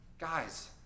Guys